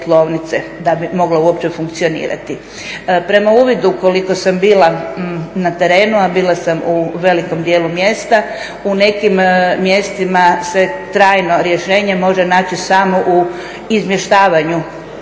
da bi mogla uopće funkcionirati. Prema uvidu koliko sam bila na terenu, a bila sam u velikom dijelu mjesta, u nekim mjestima se trajno rješenje može naći samo u izmještavanju